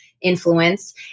influence